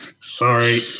Sorry